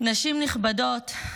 נשים נכבדות,